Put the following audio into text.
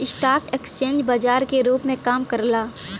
stock exchange बाजार के रूप में काम करला